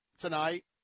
tonight